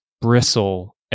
bristle